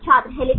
छात्र हेलिस